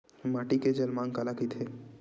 माटी के जलमांग काला कइथे?